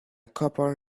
couple